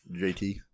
JT